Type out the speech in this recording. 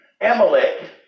Amalek